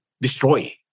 destroy